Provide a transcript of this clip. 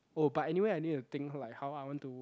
oh but anyway I need to think like how I want to